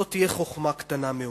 זאת תהיה חוכמה קטנה מאוד.